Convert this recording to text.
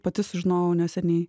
pati sužinojau neseniai